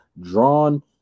drawn